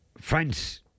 France